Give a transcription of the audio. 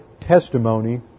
testimony